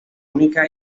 única